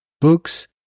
books